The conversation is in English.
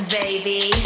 baby